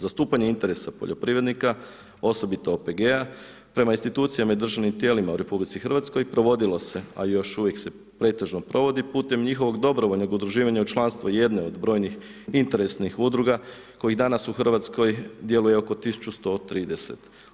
Zastupanje interesa poljoprivrednika osobito OPG prema institucijama i državnim tijelima u RH provodilo se a i još uvijek se pretežno provodi putem njihovog dobrovoljnog udruživanja u članstvu jedne od brojnih interesnih udruga kojih dana u Hrvatskoj djeluje oko 1130.